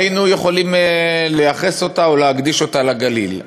היינו יכולים לייחס אותה או להקדיש אותה לגליל.